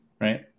right